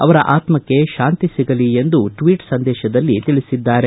ಅವರ ಆತ್ಮಕ್ಷೆ ಶಾಂತಿ ಸಿಗಲಿ ಎಂದು ಟ್ವೀಟ್ ಸಂದೇಶದಲ್ಲಿ ತಿಳಿಸಿದ್ದಾರೆ